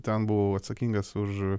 ten buvau atsakingas už